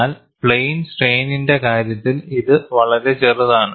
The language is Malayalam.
എന്നാൽ പ്ലെയിൻ സ്ട്രെയ്നിന്റെ കാര്യത്തിൽ ഇതു വളരെ ചെറുതാണ്